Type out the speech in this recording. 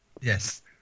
yes